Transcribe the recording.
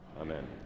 Amen